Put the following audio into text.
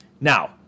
Now